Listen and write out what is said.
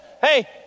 hey